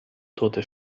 tote